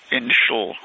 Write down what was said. initial